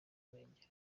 ruhengeri